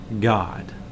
God